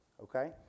okay